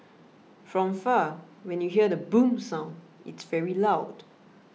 from far when you hear the boom sound it's very loud